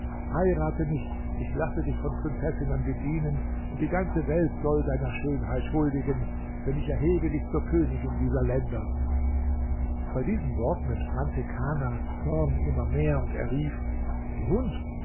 heirate mich ich lasse dich von prinzessinnen bedienen und die ganze welt soll deiner schönheit huldigen denn ich erhebe dich zur königin dieser länder bei diesen worten entbrannte kanas zorn immer mehr und er rief du hund